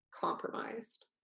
compromised